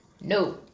No